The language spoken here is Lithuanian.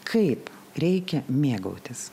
kaip reikia mėgautis